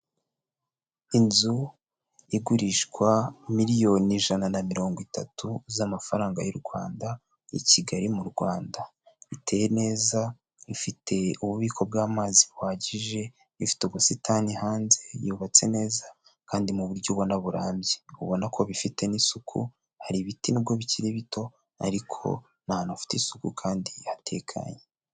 Inzu igurishwa miliyoni ijana na mirongo itatu z'amafaranga y'u Rwanda 'i Kigali mu Rwanda. iteye neza ifite ububiko bw'amazi buhagije ifite ubusitani hanze yubatse neza kandi mu buryo bubona burambye ubona ko bifite n'isuku hari ibiti nubwo bikiri bito ariko ni ahantu hafite isuku kandi hatekanye.